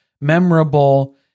memorable